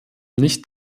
nicht